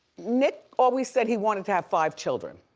nick always said he wanted to have five children.